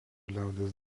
liaudies